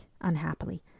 unhappily